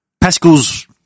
Pascal's